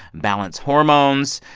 balance hormones.